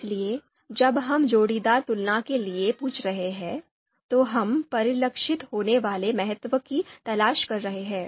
इसलिए जब हम जोड़ीदार तुलना के लिए पूछ रहे हैं तो हम परिलक्षित होने वाले महत्व की तलाश कर रहे हैं